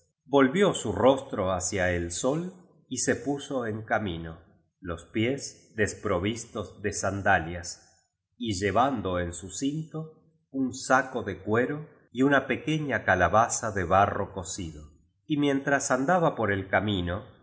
volvió su rostro hacia el sol y se puso en camino los pies desprovistos de sandalias y llevando en su cinto un saco de cuero y una pequeña calabaza de barro cocido y mientras andaba por el camino